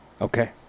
Okay